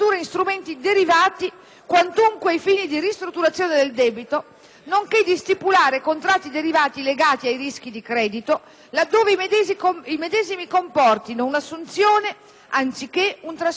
nonché di stipulare contratti derivati legati ai rischi di credito, laddove i medesimi comportino un'assunzione anziché un trasferimento di detti rischi.